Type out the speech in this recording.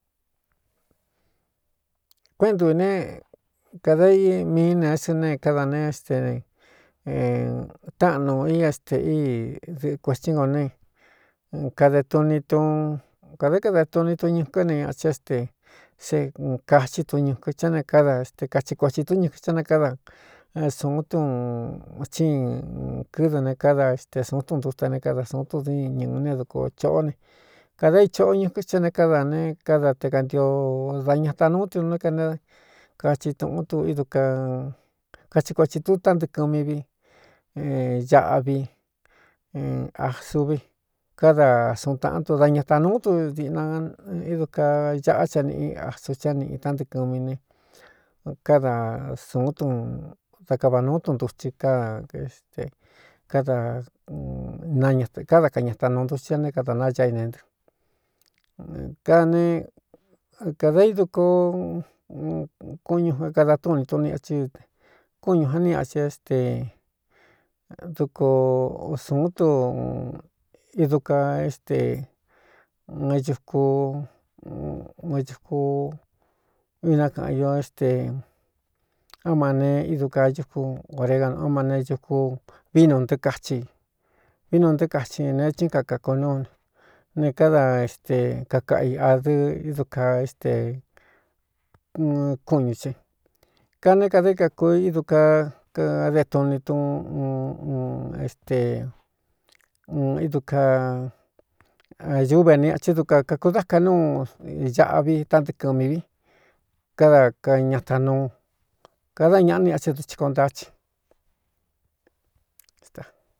Kuéꞌēndu ī ne kāda ií miī ne é su ne káda ne éste táꞌan nu i stē í dɨꞌɨ kuēstí ngo ne kade tni u kādá kadē tuni tun ñukɨ́ ne ñāchin é ste sé kaxí tun ñukɨn thá ne kádase kai kueti túnñɨkɨn thá ne káda sūún tu tsí kɨ́dɨ ne káda éste sūún tun ntutsa ne káda sūún tun diɨ ñūu ne dukō chōꞌó ne kāda íchoꞌo ñukɨn sthá ne káda ne káda te kantio da ñata nūú tu né kane kahi túꞌún tu íduakathi kuati tu tántɨɨkɨ mí vi aꞌvi asú vi káda suun taꞌán tun da ñataa nūú tu diꞌna ídu kaa aꞌá cha nīꞌi asu chá niꞌi tántɨkɨmi ne káda sún da kava nūú tun ntutsi áéste kádankáda kañatanuu ntutsi a né kadā nayá ine ntɨ ká nekāda ídu koo kúꞌñu é kada túni tuni tsɨ́ kú ñū já ni ñchin éste duko sūún tu idu kaa éste ku ɨuku inakaꞌan io éste á ma ne ídu ka yuku orega nuó ma ne ñuku vinuntɨɨkahi vinun ntɨɨ kacin neé chín kakāko núune ne káda éste kakaꞌa i ādɨ ídu kaa éste kúñū cɨ kada né kada é kaku ídu kaa kade tuni tún un un éste ídu kaūúvene ñaꞌcɨ duka kakudáka núu aꞌvi tántɨɨkɨmi vi káda kñataa nuukadá ñaꞌa ni atɨn du tsi ko ntátsina.